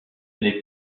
n’est